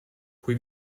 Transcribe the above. qui